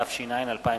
התש”ע 2010,